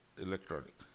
electronic